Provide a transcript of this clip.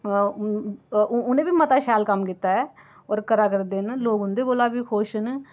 उ'नें बी मता शैल कम्म कीता ऐ और करा करदे न लोक उं'दे कोला बी खुश न